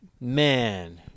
Man